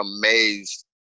amazed